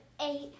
eight